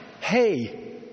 Hey